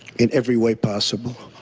in every way possible.